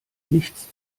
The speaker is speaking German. nichts